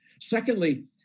Secondly